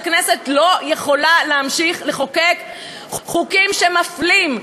הכנסת לא יכולה להמשיך לחוקק חוקים שמפלים,